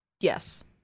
yes